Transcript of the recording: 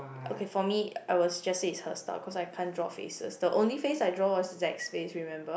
okay for me I was just say it's her style cause I can't draw faces the only face I draw was it's like space remember